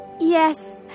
Yes